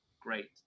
great